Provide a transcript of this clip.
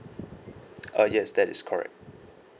uh yes that is correct